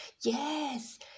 yes